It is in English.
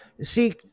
see